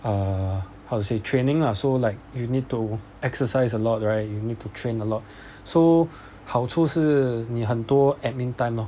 ah how to say training lah so like you need to exercise a lot right you need to train a lot so 好处是你很多 admin time lor